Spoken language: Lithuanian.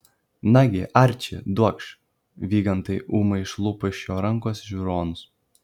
nagi arči duokš vygandas ūmai išlupo iš jo rankos žiūronus